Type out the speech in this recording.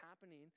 happening